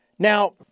Now